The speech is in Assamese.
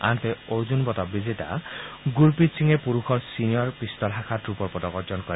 আনহাতে অৰ্জুন বঁটা বিজেতা গুৰুপ্ৰিট সিঙে পুৰুষৰ ছিনিয়ৰ পিষ্টল শাখাত ৰূপৰ পদক অৰ্জন কৰে